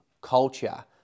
culture